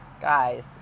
Guys